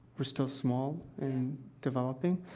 we're still small developing.